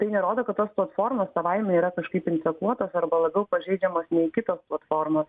tai nerodo kad tos platformos savaime yra kažkaip infekuotos arba labiau pažeidžiamos nei kitos platformos